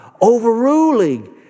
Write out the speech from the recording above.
Overruling